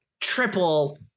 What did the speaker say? triple